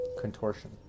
contortion